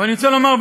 אבל אני רוצה לומר,